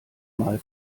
mal